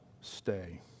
stay